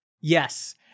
Yes